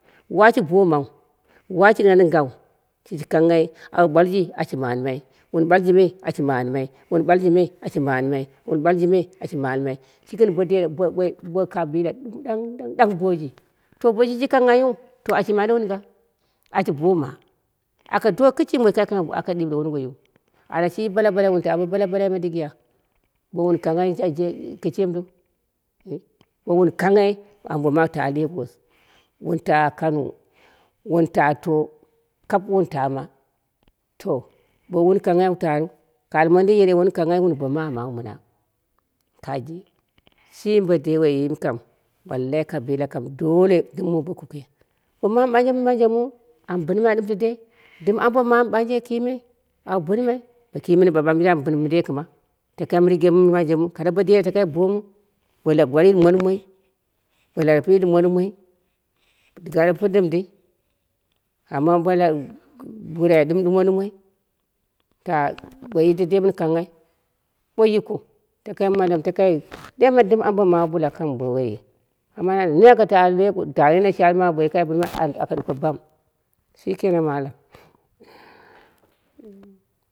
Washi boman, washi ɗɨngha ɗɨnghau, shiji kanghai au ɓalji ashi manɨmai, wun ɓalji me ashi manɨmai, wun ɓalji me ashi manɨmai, wun ɓalji me ashi manɨmai shiji gɨn bo dera bo woi bo kabila ɗangm ɗang, ɗang biji. to bo shiji kanghaiyin, to ashi yiman ɗen ɗɨngha, ashi boma, aka do kɨshimi woi kai ɗiura wunduwoi yiu, ana shi bala balai me wunta bo balabalaime dɨgiya bo wun kanghai jaije kɨshimiru nh bo wun kanghai ambo mamu au ta legosh wun ta kano, wunta ta kap wun tama, to bowoi wun kanghai au taru, ka al mondin, yerei woi wun ihangheiyu wun bo ma womawu mɨna kaji shimi bo dei woiji mɨ kam wallayi kam dole muu ba kuke, bo mamu ɓanje mɨ manjemu, am bɨnmai ɗɨm ledei, dɨm ambo mamu ɓanje kimau bɨnmai, boki mɨni ɓanje ɓaɓam zen am bɨnmɨndei kɨma, takai mɨ zigemu mɨ manjemu kara bo dera takai bomu, bo laguwari ɗumo ɗumoi bo larpui ɗumo ɗumon gara pɨlɨmdii amma bo lar burai ɗɨm ɗumo ɗumoi, ta woi ri tedei mɨn kanghai, takai mɨ malomu takai memma dɨm ambo mabsu bɨla wun kang bo woiyi amma me aka to le ta nene sha ni ma bo woi kai bɨnmaiyin duko bam shikenan malam aiyi.